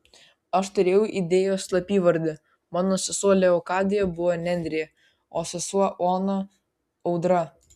aš turėjau idėjos slapyvardį mano sesuo leokadija buvo nendrė o sesuo ona audra